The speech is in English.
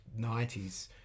90s